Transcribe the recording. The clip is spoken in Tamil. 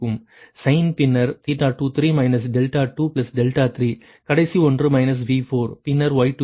சைன் பின்னர் 23 23 கடைசி ஒன்று மைனஸ் V4 பின்னர் Y24